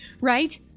right